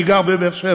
אני גר בבאר-שבע,